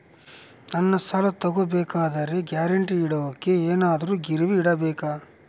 ನಾನು ಸಾಲ ತಗೋಬೇಕಾದರೆ ಗ್ಯಾರಂಟಿ ಕೊಡೋಕೆ ಏನಾದ್ರೂ ಗಿರಿವಿ ಇಡಬೇಕಾ?